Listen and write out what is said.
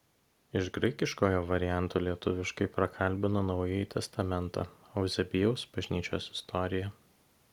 iš graikiškojo varianto lietuviškai prakalbino naująjį testamentą euzebijaus bažnyčios istoriją